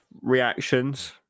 reactions